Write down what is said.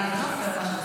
אני השרה.